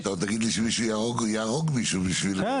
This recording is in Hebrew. אתה עוד תגיד לי שמישהו יהרוג משיהו בשביל זה.